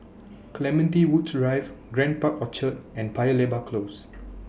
Clementi Woods Drive Grand Park Orchard and Paya Lebar Close